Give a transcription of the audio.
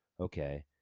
Okay